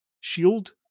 shield